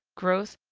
growth,